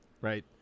right